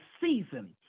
season